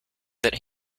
that